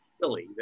silly